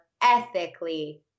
Ethically